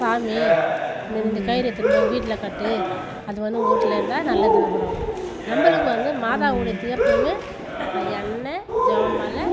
சாமி இந்த இந்த கயிறு எடுத்துகின்னு போய் உங்கள் வீட்டில் கட்டு அது வந்து உங்கள் வீட்ல இருந்தால் நல்லதுன்னு சொல்லுவாங்க நம்மளுக்கு வந்து மாதாவுடைய தீர்த்தமே எண்ணெய் ஜெபமாலை